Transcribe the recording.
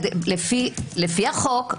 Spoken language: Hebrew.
לפי החוק,